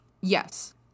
Yes